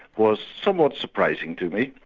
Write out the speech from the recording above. was somewhat surprising to me.